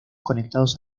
conectados